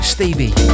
Stevie